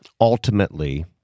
ultimately